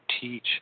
teach